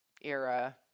era